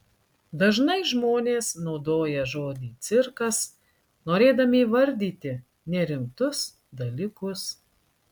dažnai žmonės naudoja žodį cirkas norėdami įvardyti nerimtus dalykus